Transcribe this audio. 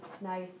nice